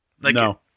No